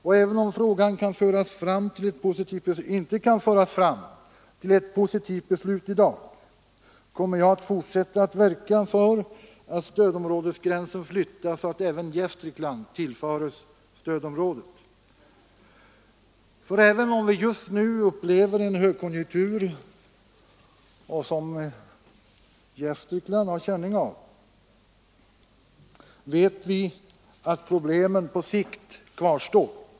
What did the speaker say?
Och även om frågan inte kan föras fram till ett positivt beslut i dag, kommer jag att fortsätta att verka för att stödområdesgränsen flyttas så, att även Gästrikland tillföres stödområdet, för även om vi just nu upplever en högkonjunktur — som också Gästrikland har känning av — vet vi att problemen på sikt kvarstår.